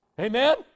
Amen